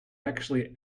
actually